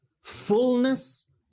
fullness